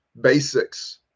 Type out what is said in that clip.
basics